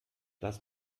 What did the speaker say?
das